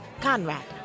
Conrad